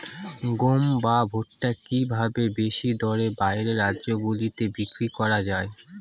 গম বা ভুট্ট কি ভাবে বেশি দরে বাইরের রাজ্যগুলিতে বিক্রয় করা য়ায়?